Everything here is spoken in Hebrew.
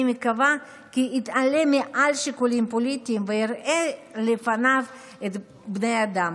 אני מקווה כי יתעלה מעל שיקולים פוליטיים ויראה לפניו בני אדם